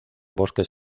bosques